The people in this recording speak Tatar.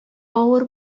авыр